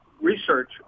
research